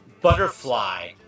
Butterfly